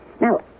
Now